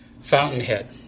fountainhead